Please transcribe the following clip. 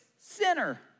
sinner